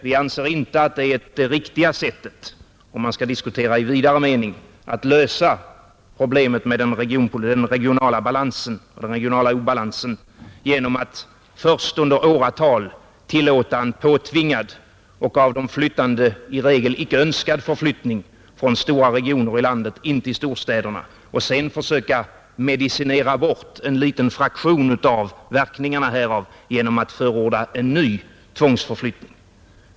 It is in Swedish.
Vi anser inte att det är det riktiga sättet — om man skall diskutera i vidare mening — att lösa problemet med den regionala obalansen genom att först under åratal tillåta en påtvingad och av de flyttande i regel icke önskad förflyttning från stora regioner i landet in till storstäderna och sedan försöka att medicinera bort en liten fraktion av verkningarna härav genom att förorda en ny tvångsförflyttning.